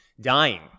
dying